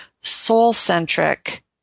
soul-centric